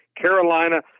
Carolina –